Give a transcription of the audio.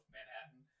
Manhattan